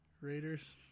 Raiders